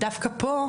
דווקא פה,